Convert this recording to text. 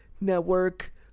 Network